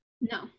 no